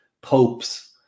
popes